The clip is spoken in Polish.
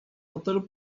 hotelu